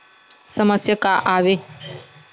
समस्या का आवे?